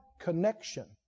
connection